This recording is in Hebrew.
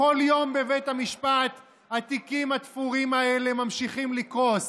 בכל יום בבית המשפט התיקים התפורים האלה ממשיכים לקרוס,